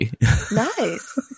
nice